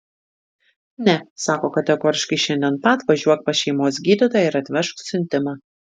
ne sako kategoriškai šiandien pat važiuok pas šeimos gydytoją ir atvežk siuntimą